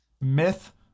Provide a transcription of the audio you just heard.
Myth